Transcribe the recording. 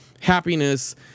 happiness